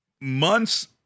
months